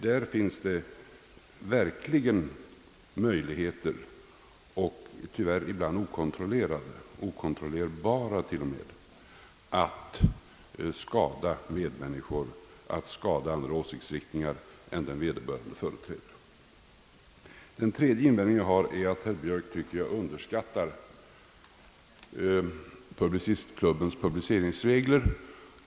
Därvidlag finns det verkligen möjligheter, tyvärr ibland okontrollerade och till och med okontrollerbara, att skada andra åsiktsriktningar än den vederbörande själv företräder. Den sista invändningen är att herr Björk enligt min mening underskattar Publicistklubbens <:publiceringsregler.